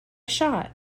shot